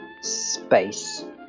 Space